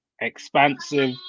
expansive